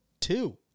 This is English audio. two